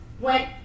went